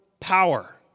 power